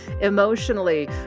emotionally